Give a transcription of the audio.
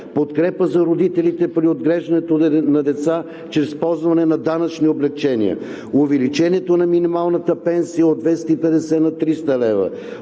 подкрепа за родителите при отглеждането на деца чрез ползване на данъчни облекчения, увеличението на минималната пенсия от 250 на 300 лв.